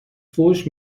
فحش